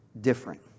different